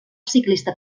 ciclista